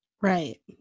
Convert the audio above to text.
Right